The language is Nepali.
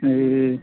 ए